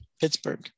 Pittsburgh